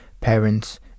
parents